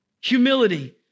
Humility